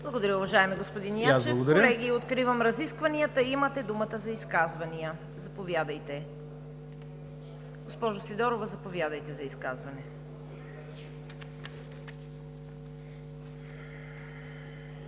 Благодаря, уважаеми господин Ячев. Колеги, откривам разискванията. Имате думата за изказвания. Госпожо Сидорова, заповядайте за изказване.